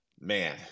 man